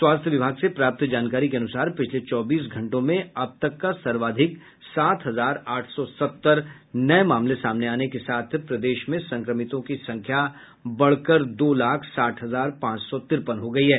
स्वास्थ्य विभाग से प्राप्त जानकारी के अनुसार पिछले चौबीस घंटों में अब तक का सर्वाधिक सात हजार आठ सौ सत्तर नये मामले सामने आने के साथ प्रदेश में संक्रमितों की संख्या बढ़कर दो लाख साठ हजार पांच सौ तिरपन हो गयी है